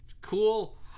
Cool